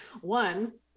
One